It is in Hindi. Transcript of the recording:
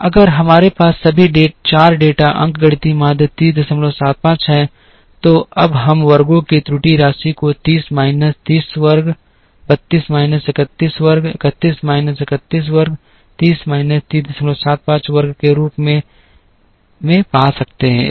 अगर हमारे पास सभी चार डेटा अंकगणितीय माध्य 3075 है तो अब हम वर्गों की त्रुटि राशि को 30 माइनस 30 वर्ग 32 माइनस 31 वर्ग 31 माइनस 31 वर्ग 30 माइनस 3075 वर्ग के रूप में पा सकते हैं